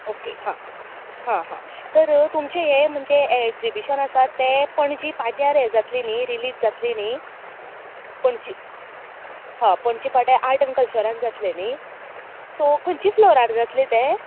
okay हां हां हां तर तुमचे हे म्हणजे एग्जिबिशन आसा ते पणजी पाट्यार हें जातली न्ही रिलीज दातली न्ही पणजी हां पणजी पाट्यार आर्ट एण्ड कल्चरान जातली न्ही सो खंयची फ्लोरार जातलें तें